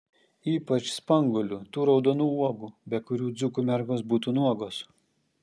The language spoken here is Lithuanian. ypač spanguolių tų raudonų uogų be kurių dzūkų mergos būtų nuogos